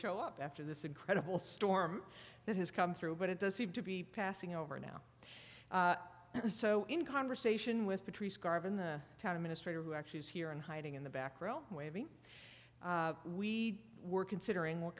show up after this incredible storm that has come through but it does seem to be passing over now so in conversation with patrice garvin the town administrator who actually is here in hiding in the back row waving we were considering what